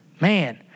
Man